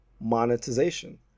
monetization